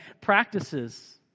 practices